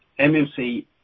MMC